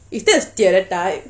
is there a stereotype